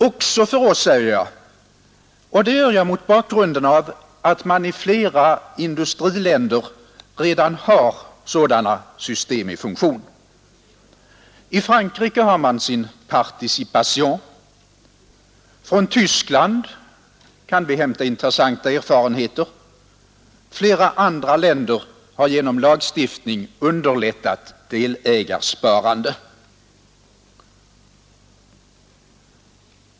”Också” för oss, säger jag, och jag gör det mot bakgrund av att man i flera industriländer redan har sådana system i funktion. I Frankrike har man sin participation, från Tyskland kan man hämta intressanta erfarenheter, och flera andra länder har genom lagstiftning underlättat delägarsparande.